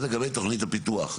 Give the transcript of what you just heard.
זה לגבי תכנית הפיתוח.